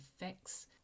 effects